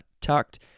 tucked